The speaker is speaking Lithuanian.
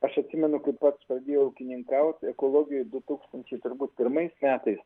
aš atsimenu kaip pats todėl ūkininkaut ekologijoj du tūkstnčiai turbūt pirmais metais